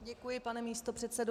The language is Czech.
Děkuji, pane místopředsedo.